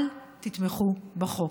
אל תתמכו בחוק.